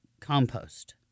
compost